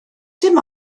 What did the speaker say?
dim